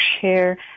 share